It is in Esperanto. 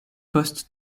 post